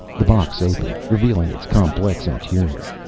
the box opened, revealing its complex interior.